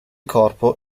corpo